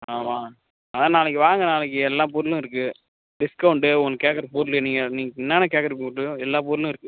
ஆ வாங்க அதான் நாளைக்கு வாங்க நாளைக்கு எல்லா பொருளும் இருக்கு டிஸ்கௌண்ட்டு உங்களுக்கு கேட்குற பொருள் நீங்கள் நீங்கள் என்னான்ன கேட்குற பொருளோ எல்லா பொருளும் இருக்கு